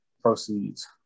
proceeds